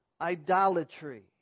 idolatry